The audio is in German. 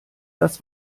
das